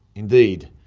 indeed,